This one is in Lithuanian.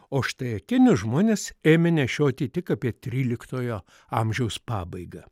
o štai akinius žmonės ėmė nešioti tik apie tryliktojo amžiaus pabaigą